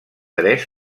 tres